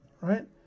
right